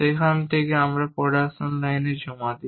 সেখান থেকে আমরা প্রোডাকশন লাইনে জমা দিই